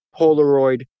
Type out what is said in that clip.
Polaroid